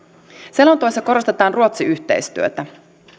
selonteossa korostetaan ruotsi yhteistyötä